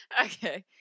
Okay